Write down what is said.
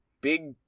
big